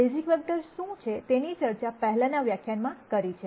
basic vector શું છે તેની ચર્ચા પહેલાનાં વ્યાખ્યાનમાં કરી છે